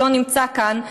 שלא נמצא כאן,